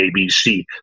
ABC